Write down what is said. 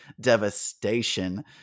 devastation